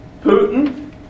Putin